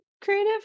creative